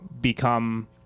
become